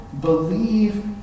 believe